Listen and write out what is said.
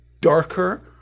darker